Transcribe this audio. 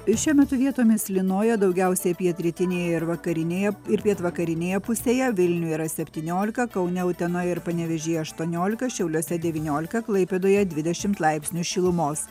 ir šiuo metu vietomis lynoja daugiausiai pietrytinėje ir vakarinėje ir pietvakarinėje pusėje vilniuje yra septyniolika kaune utenoje ir panevėžyje aštuoniolika šiauliuose devyniolika klaipėdoje dvidešimt laipsnių šilumos